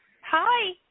Hi